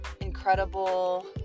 incredible